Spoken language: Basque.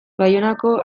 baionako